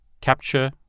capture